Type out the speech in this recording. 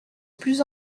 plus